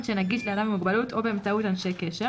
שנגיש לאדם עם מוגבלות או באמצעות אנשי קשר,